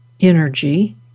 energy